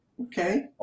Okay